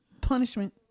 punishment